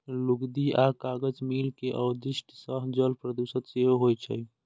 लुगदी आ कागज मिल के अवशिष्ट सं जल प्रदूषण सेहो होइ छै